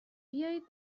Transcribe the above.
بیایید